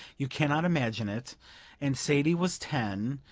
you cannot imagine it and sadie was ten,